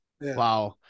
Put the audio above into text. wow